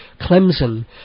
Clemson